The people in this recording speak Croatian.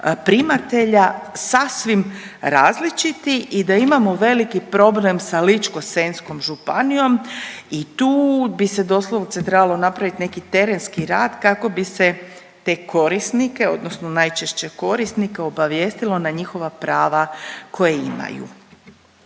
primatelja sasvim različiti i da imamo veliki problem sa Ličko-senjskom županijom i tu bi se doslovce trebalo napraviti neki terenski rad kako bi se te korisnike odnosno najčešće korisnike obavijestilo na njihova prava koja imaju.